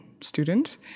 student